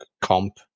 comp